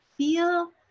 Feel